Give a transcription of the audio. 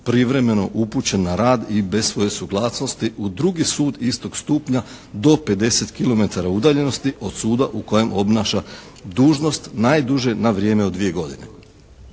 privremeno upućen na rad i bez svoje suglasnosti u drugi sud istog stupnja do 50 kilometara udaljenosti od suda u kojem obnaša dužnost, najduže na vrijeme od dvije godine.